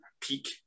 peak